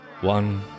One